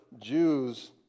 Jews